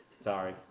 Sorry